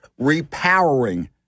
repowering